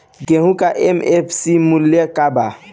गेहू का एम.एफ.सी मूल्य का बा?